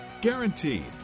Guaranteed